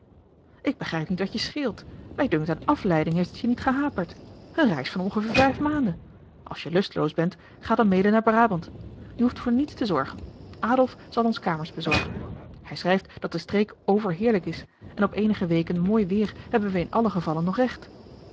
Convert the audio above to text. ik begrijp niet wat je scheelt mij dunkt aan afleiding heeft het je niet gehaperd een reis van ongeveer vijf maanden als je lusteloos bent ga dan mede naar brabant je hoeft voor niets te zorgen adolf zal ons kamers bezorgen hij schrijft dat de streek overheerlijk is en op eenige weken mooi weer hebben wij in allengevalle nog recht